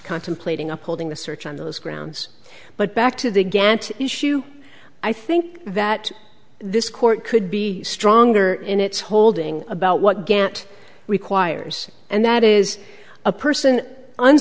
contemplating upholding the search on those grounds but back to the gantt issue i think that this court could be stronger in its holding about what gant requires and that is a person